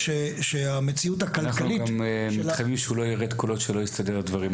אנחנו גם מתחייבים שהוא לא יירד כל עוד שלא יסתדרו הדברים.